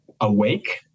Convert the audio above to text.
awake